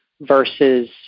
versus